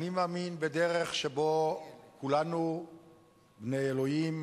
אני מאמין בדרך שבה כולנו בני אלוהים,